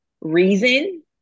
reason